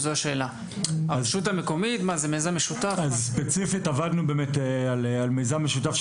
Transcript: זאת הרשות המקומית, זה מיזם משותף?